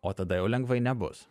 o tada jau lengvai nebus